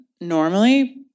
normally